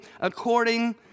according